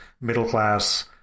middle-class